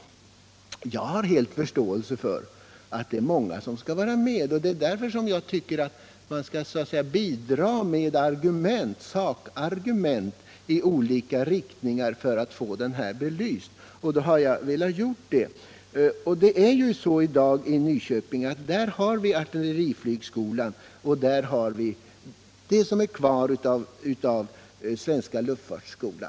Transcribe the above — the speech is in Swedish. Jag har all förståelse för att det är många som skall vara med. Därför tycker jag man skall bidra med sakargument i olika riktningar för att få frågan belyst. Det har jag velat göra. I Nyköping har vi i dag artilleriflygskolan och det som är kvar av svenska luftfartsskolan.